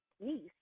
niece